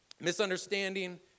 misunderstanding